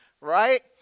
right